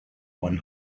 one